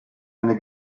eine